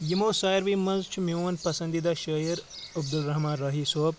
یِمو ساروے منٛز چھُ میون پسندیٖدہ شٲعر عبدُالرحمٰن راہی صٲب